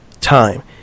time